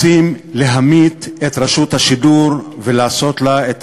רוצים להמית את רשות השידור ולעשות לה את